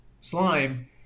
Slime